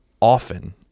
often